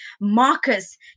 Marcus